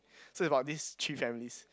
so is about this three families